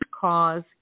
cause